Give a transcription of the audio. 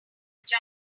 code